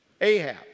Ahab